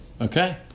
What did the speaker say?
Okay